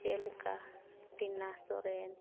ᱪᱮᱫ ᱞᱮᱠᱟ ᱴᱤᱱᱟ ᱥᱚᱨᱮᱱ